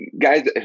guys